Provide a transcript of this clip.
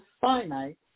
finite